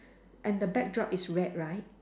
and the backdrop is red right